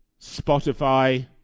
Spotify